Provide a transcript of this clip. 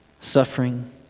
suffering